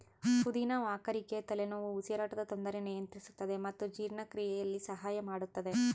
ಪುದಿನ ವಾಕರಿಕೆ ತಲೆನೋವು ಉಸಿರಾಟದ ತೊಂದರೆ ನಿಯಂತ್ರಿಸುತ್ತದೆ ಮತ್ತು ಜೀರ್ಣಕ್ರಿಯೆಯಲ್ಲಿ ಸಹಾಯ ಮಾಡುತ್ತದೆ